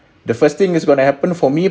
the first thing is going to happen for me